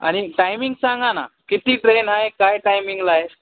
आणि टायमिंग सांगा ना किती ट्रेन आहे काय टायमिंगला आहे